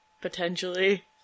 Potentially